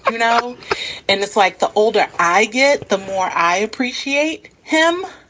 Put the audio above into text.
ah you know. and it's like the older i get, the more i appreciate him.